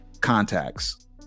contacts